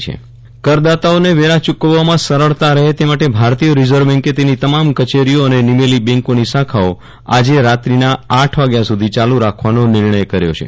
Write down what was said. વિરલ રાણા ભારતીય reserve bank કરદાતાઓને વેરા ચૂકવવામાં સરળતા રહે તે માટે ભારતીય રીઝર્વ બેન્કે તેની તમામ કચેરીઓ અને નિમેલી બેન્કોની શાખાઓ આજે રાત્રિના આઠ વાગ્યા સુધી ચાલુ રાખવાનો નિર્ણય કર્યો છે